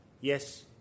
Yes